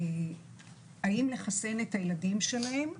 האם לחסן את הילדים שלהם,